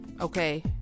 okay